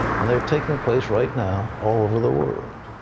and they're taking place right now all over the world.